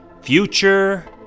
Future